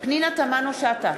פנינה תמנו-שטה,